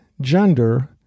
gender